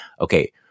Okay